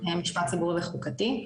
משפט ציבורי וחוקתי,